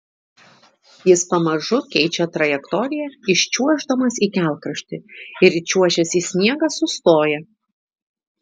jis pamažu keičia trajektoriją iščiuoždamas į kelkraštį ir įčiuožęs į sniegą sustoja